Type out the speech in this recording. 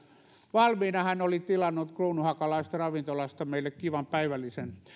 valmiina hän oli tilannut kruununhakalaisesta ravintolasta meille kivan päivällisen